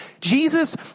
Jesus